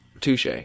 Touche